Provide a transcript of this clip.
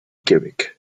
quebec